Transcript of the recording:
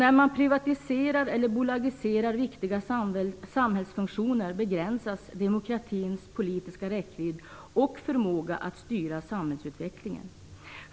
När man privatiserar eller bolagiserar viktiga samhällsfunktioner begränsas demokratins politiska räckvidd och förmåga att styra samhällsutvecklingen.